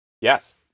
Yes